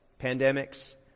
pandemics